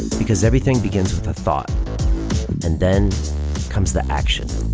because everything begins with a thought and then comes the action.